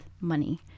money